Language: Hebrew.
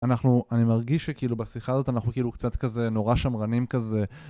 אנחנו, אני מרגיש שכאילו בשיחה הזאת אנחנו כאילו קצת כזה נורא שמרנים כזה